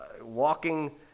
walking